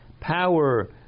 power